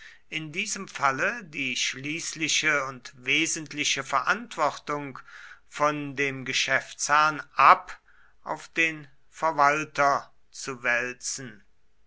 in diesem falle die schließliche und wesentliche verantwortung von dem geschäftsherrn ab auf den verwalter zu wälzen